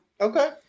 okay